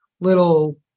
little